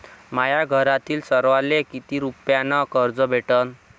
माह्या घरातील सर्वाले किती रुप्यान कर्ज भेटन?